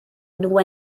nhw